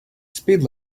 speed